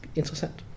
interessant